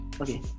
okay